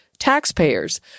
taxpayers